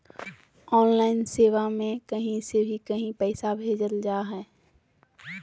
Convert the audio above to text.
online भुगतान सेवा में कही से भी कही भी पैसा भेजल जा हइ